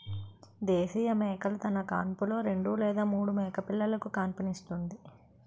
దేశీయ మేకలు తన కాన్పులో రెండు లేదా మూడు మేకపిల్లలుకు కాన్పుస్తుంది